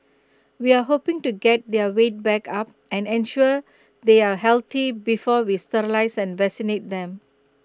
we are hoping to get their weight back up and ensure they are healthy before we sterilise and vaccinate them